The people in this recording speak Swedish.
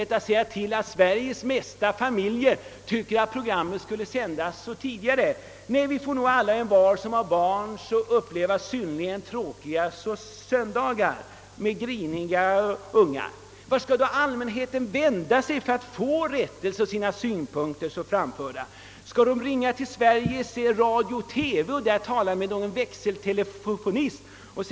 Det finns ingen möjlighet att få igenom önskemålet att programmet skulle sändas tidigare. Nej, alla vi föräldrar får i stället uppleva tråkiga söndagar med griniga barn. Vart skall då allmänheten vända sig för att få rättelse, och få sina synpunkter framförda? Skall man ringa till växeln på Sveriges Radio-TV och tala med någon växeltelefonist?